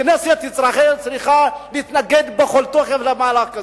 כנסת ישראל צריכה להתנגד בכל תוקף למהלך כזה.